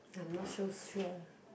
I'm not so sure